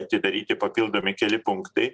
atidaryti papildomi keli punktai